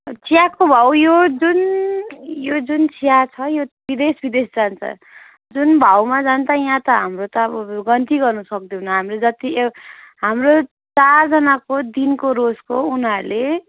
चियाको भाउ यो जुन यो जुन चिया छ यो विदेश विदेश जान्छ जुन भाउमा जान्छ यहाँ त हाम्रो त अब गन्ती गर्न सक्दैनौँ हाम्रो जति यो हाम्रो चारजनाको दिनको रोजको उनीहरूले